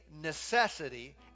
necessity